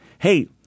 Hey